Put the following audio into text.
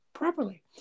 Properly